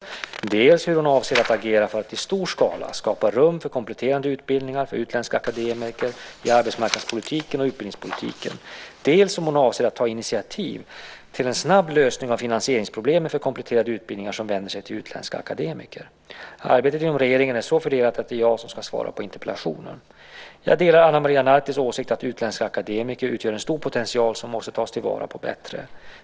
Herr talman! Ana Maria Narti har frågat integrationsministern dels hur hon avser att agera för att i stor skala skapa rum för kompletterande utbildningar för utländska akademiker i arbetsmarknadspolitiken och utbildningspolitiken, dels om hon avser att ta initiativ till en snabb lösning av finansieringsproblemen för kompletterande utbildningar som vänder sig till utländska akademiker. Arbetet inom regeringen är så fördelat att det är jag som ska svara på interpellationen. Jag delar Ana Maria Nartis åsikt att utländska akademiker utgör en stor potential som måste tas till vara bättre.